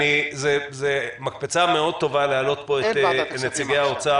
זו מקפצה טובה מאוד להעלות פה את נציגי משרד האוצר.